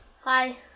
Hi